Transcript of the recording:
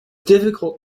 difficult